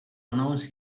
announce